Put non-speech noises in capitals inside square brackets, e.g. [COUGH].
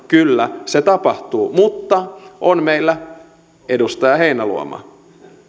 [UNINTELLIGIBLE] kyllä se tapahtuu mutta on meillä edustaja heinäluoma